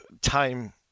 time